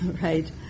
right